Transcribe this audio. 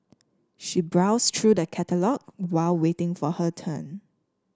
she browsed through the catalogue while waiting for her turn